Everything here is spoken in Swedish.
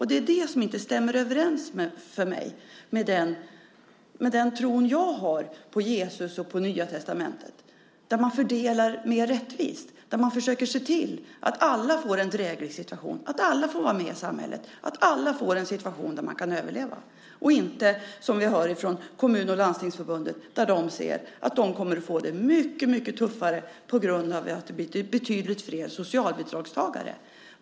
Det är det som inte stämmer överens med den tro som jag har på Jesus och på Nya testamentet, alltså att man fördelar mer rättvist, att man försöker se till att alla får en dräglig situation, att alla får vara med i samhället och att alla får en situation så att de kan överleva, så att det inte blir som vi hör från Sveriges Kommuner och Landsting som säger att dessa människor kommer att få det mycket tuffare på grund av att det blir betydligt flera socialbidragstagare.